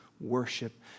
worship